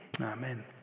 Amen